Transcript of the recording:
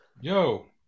Yo